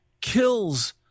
kills